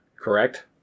correct